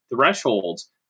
thresholds